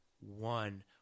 one